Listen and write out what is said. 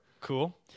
Cool